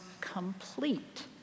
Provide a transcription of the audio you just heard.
complete